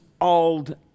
old